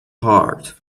part